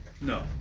No